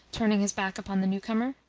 turning his back upon the newcomer.